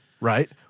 right